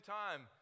time